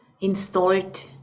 installed